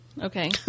Okay